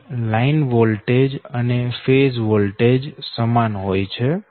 અહી line voltage અને phase voltage સમાન હોય છે